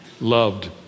loved